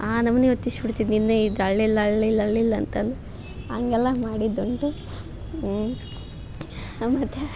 ಆ ನಮ್ನಿ ಹೊತ್ತಿಸಿ ಬಿಡ್ತಿನಿ ನಿನ್ನೆ ಇದು ಹಳಿಲಿ ಹಳಿಲಿ ಅಂತ ಅಂದು ಹಾಗೆಲ್ಲ ಮಾಡಿದು ಉಂಟು ಹಾ ಮತ್ತು